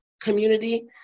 community